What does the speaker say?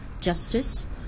justice